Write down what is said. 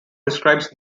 describes